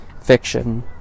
fiction